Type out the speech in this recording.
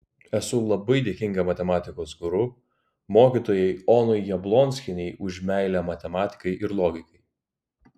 esu labai dėkinga matematikos guru mokytojai onai jablonskienei už meilę matematikai ir logikai